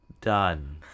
done